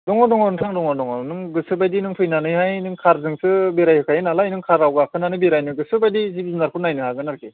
दङ दङ नोंथां दङ दङ नों गोसो बायदि फैनानैहाय नों कारजोंसो बेरायहोखायो नालाय नों काराव गाखोनानै बेरायनो गोसो बायदि जिब जुनारखौ नायनो हागोन आरोखि